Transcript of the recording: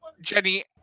jenny